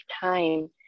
time